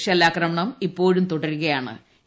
ഷെല്ലാക്രമുണ്ണം ഇപ്പോഴും തുടരുകയാ ണ്